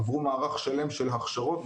עברו מערך שלם של הכשרות,